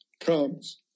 comes